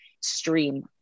stream